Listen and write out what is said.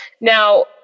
Now